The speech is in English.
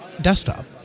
desktop